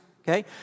Okay